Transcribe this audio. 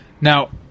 now